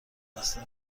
بسته